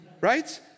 right